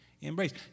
embrace